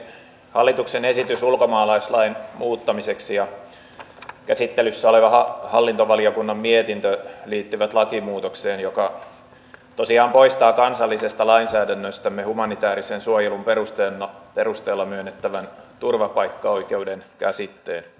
hallituksen esitys ulkomaalaislain muuttamiseksi ja käsittelyssä oleva hallintovaliokunnan mietintö liittyvät lakimuutokseen joka tosiaan poistaa kansallisesta lainsäädännöstämme humanitäärisen suojelun perusteella myönnettävän turvapaikkaoikeuden käsitteen